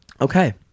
Okay